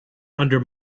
under